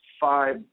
five